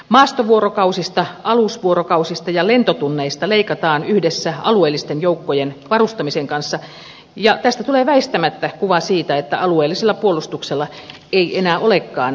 maastovuorokausista alusvuorokausista ja lentotunneista leikataan yhdessä alueellisten joukkojen varustamisen kanssa ja tästä tulee väistämättä kuva siitä että alueellisella puolustuksella ei enää olekaan niin väliä